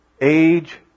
age